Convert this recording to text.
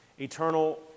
Eternal